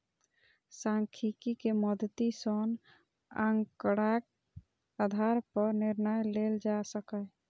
सांख्यिकी के मदति सं आंकड़ाक आधार पर निर्णय लेल जा सकैए